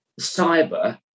Cyber